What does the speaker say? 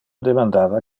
demandava